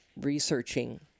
researching